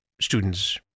student's